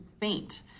faint